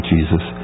Jesus